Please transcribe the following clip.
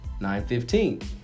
915